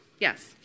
Yes